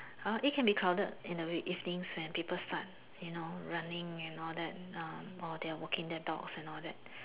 uh it can be crowded in the week evenings when people start you know running and all that or while they're walking their dogs and all that